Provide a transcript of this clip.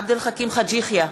עבד אל חכים חאג' יחיא,